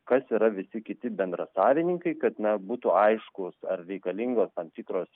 kas yra visi kiti bendrasavininkai kad na būtų aiškus ar reikalingos tam tikros